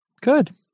Good